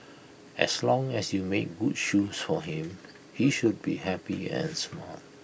as long as you made good shoes for him he should be happy and smile